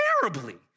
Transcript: terribly